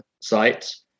sites